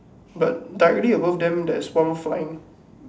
but directly above them there's one more flying